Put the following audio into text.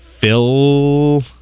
Phil